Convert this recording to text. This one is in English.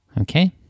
Okay